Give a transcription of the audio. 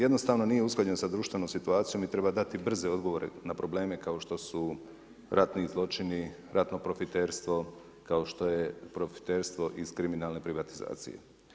Jednostavno nije usklađen sa društvenom situacijom i treba dati brze odgovore na probleme kao što su ratni zločini, ratno profiterstvo, kao što je profiterstvo iz kriminalne privatizacije.